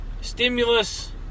stimulus